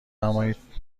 نمایید